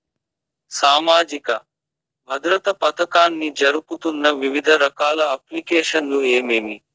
సామాజిక భద్రత పథకాన్ని జరుపుతున్న వివిధ రకాల అప్లికేషన్లు ఏమేమి?